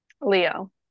Leo